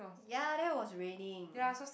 ya that was raining